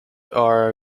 are